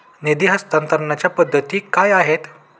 निधी हस्तांतरणाच्या पद्धती काय आहेत?